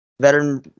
veteran